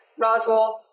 Roswell